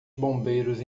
bombeiros